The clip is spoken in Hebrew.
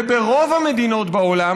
וברוב המדינות בעולם,